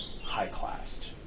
high-classed